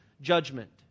judgment